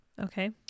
Okay